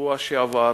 בשבוע שעבר